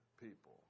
people